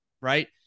right